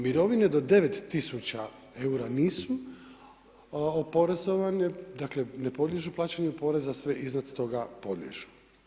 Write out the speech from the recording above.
Mirovine do 9000 eura nisu oporezovane, dakle ne podliježu plaćanju poreza, sve iznad toga podliježu.